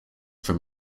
from